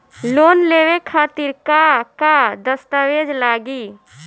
Loan लेवे खातिर का का दस्तावेज लागी?